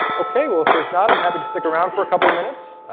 ok, well, if there's not, i'm happy to stick around for a couple minutes.